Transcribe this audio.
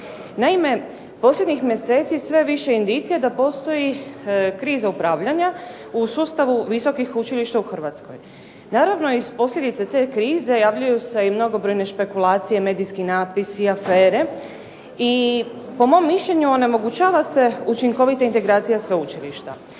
Naime, posljednjih mjeseci je sve više indicija da postoji kriza upravljanja u sustavu visokih učilišta u Hrvatskoj. Naravno iz posljedica te krize javljaju se mnogobrojne špekulacije, medijski natpisi i afere, i po mom mišljenju onemogućava se učinkovita integracija sveučilišta.